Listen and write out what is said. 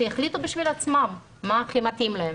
שיחליטו בשביל עצמם מה הכי מתאים להם.